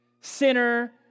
sinner